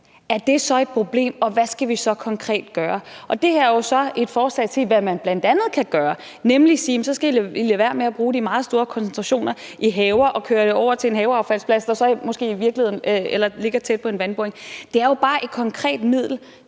i vandboringer, og hvad vi konkret skal gøre. Det her er jo så et forslag til, hvad man bl.a. kan gøre, nemlig at sige: I skal lade være med at bruge de meget store koncentrationer i haver og køre det over til en haveaffaldsplads, der så ligger tæt på en vandboring. Det er jo bare et konkret middel